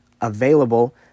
available